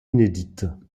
inédites